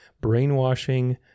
brainwashing